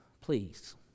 Please